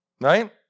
Right